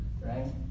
right